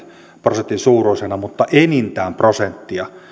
prosentin suuruisena mutta enintään prosenttia